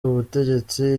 ubutegetsi